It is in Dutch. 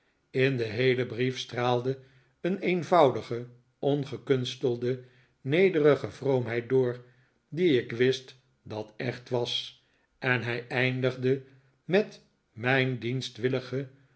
in den heelen brief straalde een eenvoudige ongekunstelde nederige vroomheid door dip ik wist dat echt was en hij eindigde met mijn